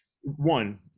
one